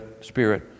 Spirit